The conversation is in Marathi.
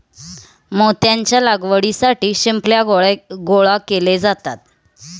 मोत्याच्या लागवडीसाठी शिंपल्या गोळा केले जातात